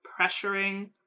pressuring